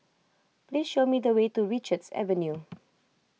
please show me the way to Richards Avenue